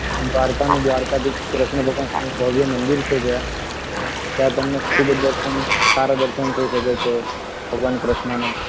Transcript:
દ્વારકાનું દ્વારકાધીશ કૃષ્ણ ભગવાનનું ભવ્ય મંદિર છે જ્યાં ત્યાં તમને ખૂબ જ દર્શન સારાં દર્શન થઈ શકે છે ભગવાન કૃષ્ણનાં